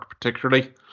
particularly